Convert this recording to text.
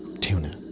tuna